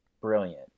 brilliant